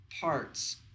parts